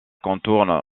contourne